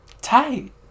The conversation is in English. tight